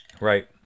Right